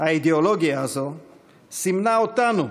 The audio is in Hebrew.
האידיאולוגיה הזאת סימנה אותנו,